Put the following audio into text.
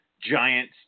giant